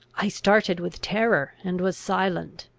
i started with terror, and was silent.